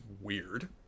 weird